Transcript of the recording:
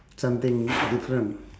something different